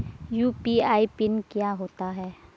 UPI pin क्या होता है?